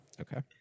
Okay